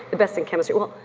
the best in chemistry, well,